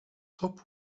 top